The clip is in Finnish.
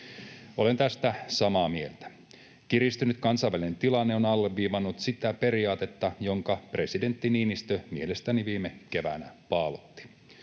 Olen tästä samaa mieltä. Kiristynyt kansainvälinen tilanne on alleviivannut sitä periaatetta, jonka presidentti Niinistö mielestäni viime keväänä paalutti: